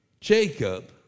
Jacob